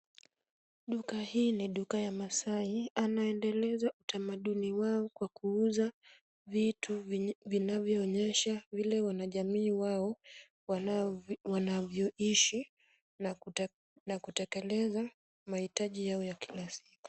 Duka hili ni duka la masaai, anaendeleza utamaduni wao, kwa kuuza vitu vinavyoonyesha vile wanajamii wao wanavyoishi na kutekeleza mahitaji yao ya kila siku.